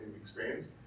experience